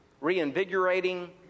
reinvigorating